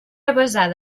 avesada